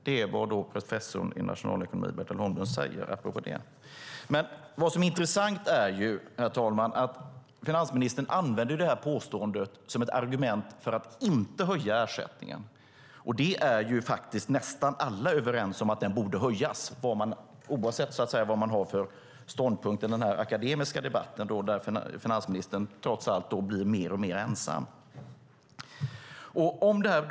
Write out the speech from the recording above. Det är vad professorn i nationalekonomi, Bertil Holmlund, säger. Det intressanta är att finansministern använder det påståendet som ett argument för att inte höja ersättningen. Oavsett vad man har för ståndpunkt i den akademiska debatten där finansministern blir mer och mer ensam, är nästan alla överens om att ersättningen borde höjas.